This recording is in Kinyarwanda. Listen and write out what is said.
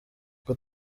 ngo